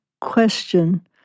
question